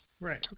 right